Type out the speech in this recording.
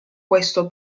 questo